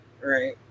Right